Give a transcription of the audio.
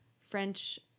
French